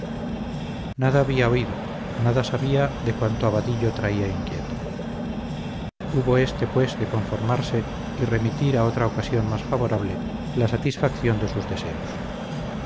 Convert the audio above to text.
nada sabía de cuanto a vadillo traía inquieto hubo éste pues de conformarse y remitir a otra ocasión más favorable la satisfacción de sus deseos